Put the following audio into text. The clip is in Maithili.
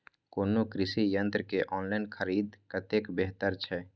कोनो कृषि यंत्र के ऑनलाइन खरीद कतेक बेहतर छै?